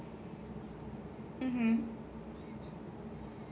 mm mm